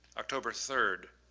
october third.